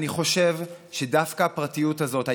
אני חושב שדווקא הפרטיות הזאת,